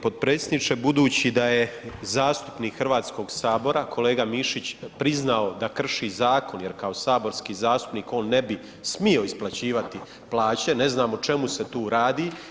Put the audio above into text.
potpredsjedniče, budući da je zastupnik HS-a kolega Mišić priznao da krši zakon jer kao saborski zastupnik on ne bi smio isplaćivati plaće, ne znam o čemu se tu radi.